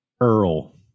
Earl